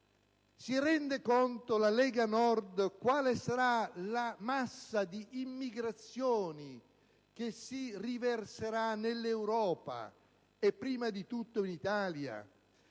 Si rende conto la Lega Nord di quale sarà la massa di immigrazioni che si riverserà in Europa e prima di tutto in Italia?